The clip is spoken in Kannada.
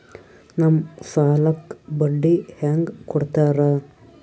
ನಮ್ ಸಾಲಕ್ ಬಡ್ಡಿ ಹ್ಯಾಂಗ ಕೊಡ್ತಾರ?